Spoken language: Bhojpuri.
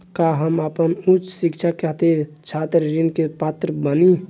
का हम आपन उच्च शिक्षा के खातिर छात्र ऋण के पात्र बानी?